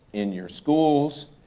in your schools,